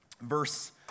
verse